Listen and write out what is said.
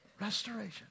Restoration